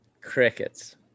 Crickets